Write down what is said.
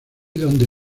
donde